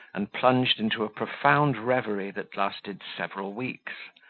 and plunged into a profound reverie that lasted several weeks,